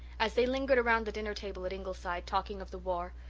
as they lingered around the dinner table at ingleside, talking of the war,